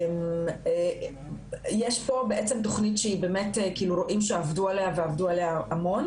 יש פה תוכנית שרואים שעבדו עליה המון